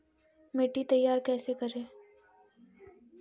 मिट्टी तैयारी कैसे करें?